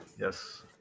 Yes